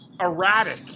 erratic